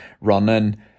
running